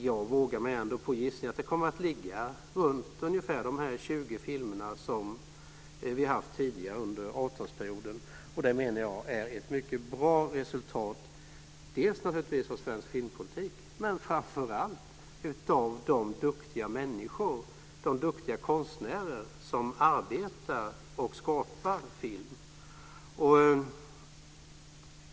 Jag vågar mig ändå på gissningen att det kommer att ligga på ungefär de 20 filmer som vi har haft tidigare under avtalsperioden. Det menar jag är ett mycket bra resultat, dels naturligtvis för svensk filmpolitik, men framför allt för de duktiga människor, de duktiga konstnärer, som arbetar och skapar film.